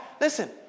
Listen